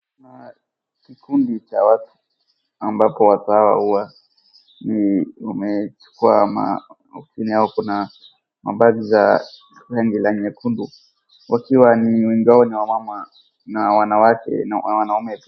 Na kikundi cha watu ambapo watu hawa, ni wamechukua ama chini yao kuna mabagi za rangi la nyekundu wakiwa ni wengi wao ni wamama na wanawake na wanaume.